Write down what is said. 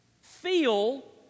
feel